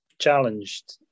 challenged